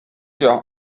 your